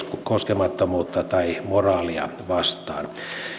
koskemattomuutta tai moraalia vastaan